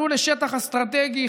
עלו לשטח אסטרטגי,